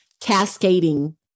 cascading